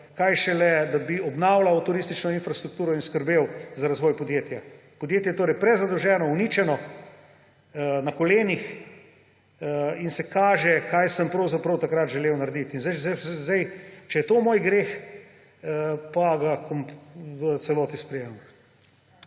kaj šele da bi obnavljalo turistično infrastrukturo in skrbelo za razvoj podjetja. Podjetje je torej prezadolženo, uničeno, na kolenih in se kaže, kaj sem pravzaprav takrat želel narediti. Če je to moj greh, pa ga v celoti sprejemam.